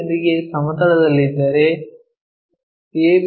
P ಯೊಂದಿಗೆ ಸಮತಲದಲ್ಲಿದ್ದರೆ A